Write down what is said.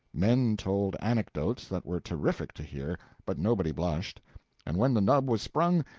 men told anecdotes that were terrific to hear, but nobody blushed and when the nub was sprung,